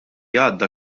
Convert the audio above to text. għadda